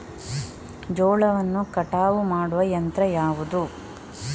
ಜೋಳವನ್ನು ಕಟಾವು ಮಾಡುವ ಯಂತ್ರ ಯಾವುದು?